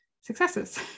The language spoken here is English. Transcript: successes